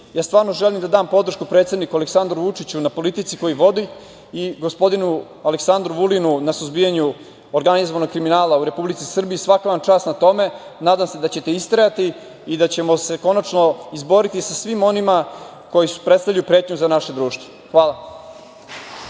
ja stvarno želim da dam podršku predsedniku Aleksandru Vučiću na politici koju vodi i gospodinu Aleksandru Vulinu na suzbijanju organizovanog kriminala u Republici Srbiji. Svaka vam čast na tome. Nadam se da ćete istrajati i da ćemo se konačno izboriti sa svima onima koji predstavljaju pretnju za naše društvo. Hvala.